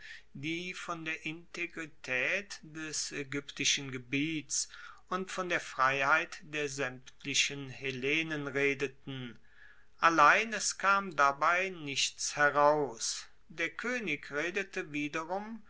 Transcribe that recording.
die von der integritaet des aegyptischen gebiets und von der freiheit der saemtlichen hellenen redeten allein es kam dabei nichts heraus der koenig redete wiederum